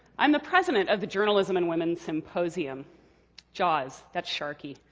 i'm the president of the journalism and women symposium jaws. that's sharky.